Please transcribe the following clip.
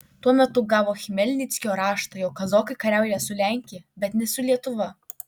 tuo metu gavo chmelnickio raštą jog kazokai kariauja su lenkija bet ne su lietuva